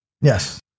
Yes